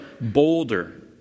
bolder